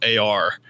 AR